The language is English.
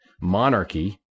monarchy